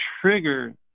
trigger